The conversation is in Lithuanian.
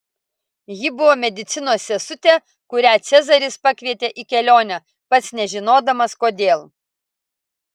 ji buvo medicinos sesutė kurią cezaris pakvietė į kelionę pats nežinodamas kodėl